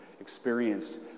experienced